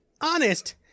Honest